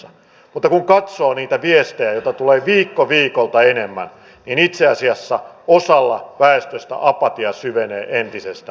mutta kun katsoo niitä viestejä joita tulee viikko viikolta enemmän niin itse asiassa osalla väestöstä apatia syvenee entisestään